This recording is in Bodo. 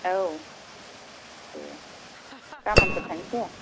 औ दे गामोनफोर थांसै